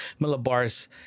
millibars